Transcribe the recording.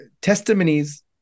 testimonies